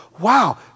wow